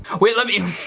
wait let me